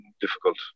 difficult